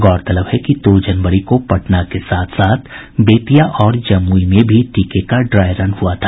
गौरतलब है कि दो जनवरी को पटना के साथ साथ बेतिया और जमुई में भी टीके का ड्राई रन हुआ था